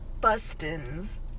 bustins